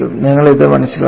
നിങ്ങൾ ഇത് മനസ്സിലാക്കണം